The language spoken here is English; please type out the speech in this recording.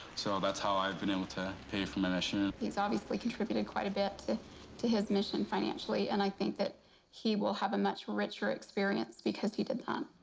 so that's how i've been able to pay for my mission. he's obviously contributed quite a bit to his mission financially, and i think that he will have a much richer experience because he did that.